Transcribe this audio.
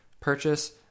Purchase